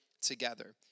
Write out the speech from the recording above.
together